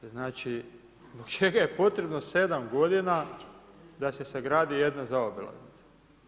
Znači zbog čega je potrebno 7 godina da se sagradi jedna zaobilaznica?